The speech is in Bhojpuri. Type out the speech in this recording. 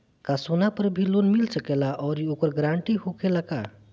का सोना पर भी लोन मिल सकेला आउरी ओकर गारेंटी होखेला का?